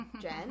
Jen